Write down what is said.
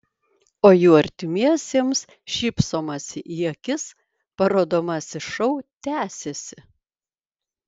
o jų artimiesiems šypsomasi į akis parodomasis šou tęsiasi